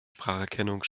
spracherkennung